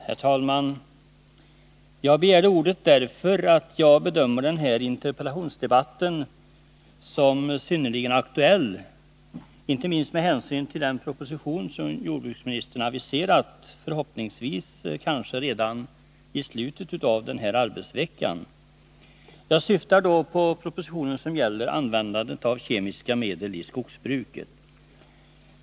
Herr talman! Jag begärde ordet därför att jag bedömer denna interpellationsdebatt vara synnerligen aktuell, inte minst med hänsyn till den proposition som jordbruksministern aviserat och som förhoppningsvis kommer redan i slutet av denna arbetsvecka. Jag syftar då på propositionen som gäller användandet av kemiska medel i skogsbruket.